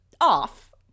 off